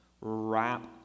wrap